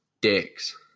dicks